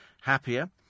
happier